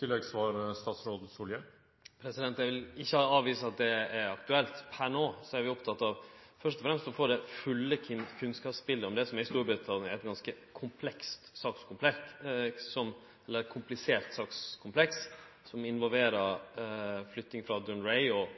Eg vil ikkje avvise at det er aktuelt. Per no er vi først og fremst opptekne av å få det fulle kunnskapsbiletet om det som i Storbritannia er eit ganske komplisert sakskompleks, som involverer flytting frå Dounreay og ein diskusjon om ulike lokalitetar. Vi følgjer jamleg med på det og